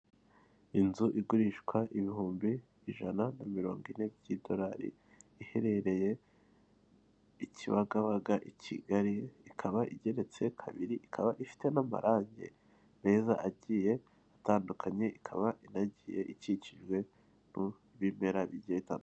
Inzu igurishwa ibihumbi ijana na mirongo ine by'idorari iherereye i Kibagabaga i Kigali, ikaba igeretse kabiri, ikaba ifite n'amarange meza agiye atandukanye ikaba inagiye ikikijwe n'ibimera bigiye bitandukanye.